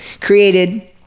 created